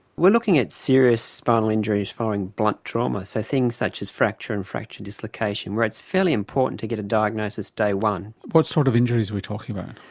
we're looking at serious spinal injuries following blunt trauma, so things such as fracture and fracture dislocation, where it's fairly important to get a diagnosis day one. what sort of injuries are we talking about?